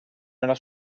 nella